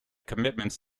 commitments